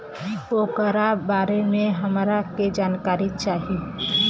ओकरा बारे मे हमरा के जानकारी चाही?